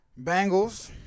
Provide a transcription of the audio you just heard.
Bengals